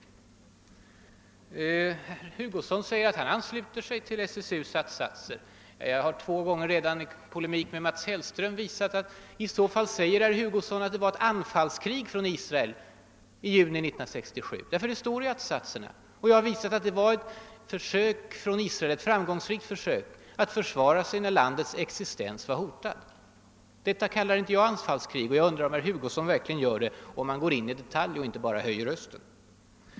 Herr Hugosson säger att han ansluter sig till SSU:s att-satser. Jag har redan två gånger i polemik med Mats Hellström visat att i så fall säger herr Hugosson att det var ett »anfallskrig» från Israel i juni 1967. Så står det nämligen i en av att-satserna. Jag har visat att det var ett framgångsrikt för sök från Israel att försvara : sig när landets existens var hotad. Jag. kallar inte detta för anfallskrig, och jag undrar om herr Hugosson verkligen vill göra det om han går in i debatt och inte bara höjer rösten.